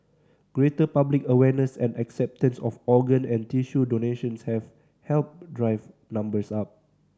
greater public awareness and acceptance of organ and tissue donations have helped drive numbers up